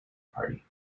party